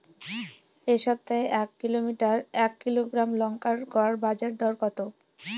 এই সপ্তাহে এক কিলোগ্রাম লঙ্কার গড় বাজার দর কত?